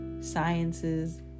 sciences